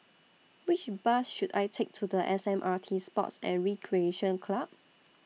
Which Bus should I Take to S M R T Sports and Recreation Club